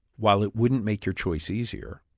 while it wouldn't make your choice easier,